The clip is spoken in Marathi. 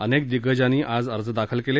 अनेक दिग्गजांनी आज अर्ज दाखल केले